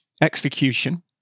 execution